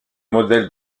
modèles